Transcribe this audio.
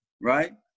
right